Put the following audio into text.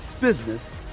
business